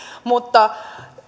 mutta